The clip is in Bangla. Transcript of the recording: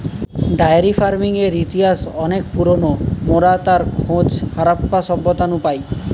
ডায়েরি ফার্মিংয়ের ইতিহাস অনেক পুরোনো, মোরা তার খোঁজ হারাপ্পা সভ্যতা নু পাই